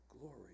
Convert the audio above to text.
glory